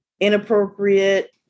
inappropriate